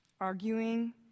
Arguing